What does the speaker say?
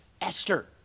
Esther